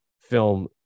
film